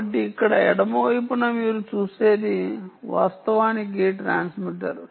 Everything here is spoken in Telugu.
కాబట్టి ఇక్కడ ఎడమ వైపున మీరు చూసేది వాస్తవానికి ట్రాన్స్మిటర్